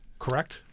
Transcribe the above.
correct